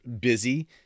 busy